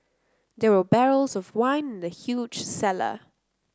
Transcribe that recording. there were barrels of wine in the huge cellar